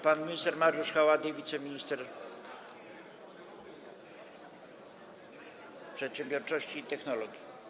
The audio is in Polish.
Pan minister Mariusz Haładyj, wiceminister przedsiębiorczości i technologii.